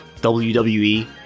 WWE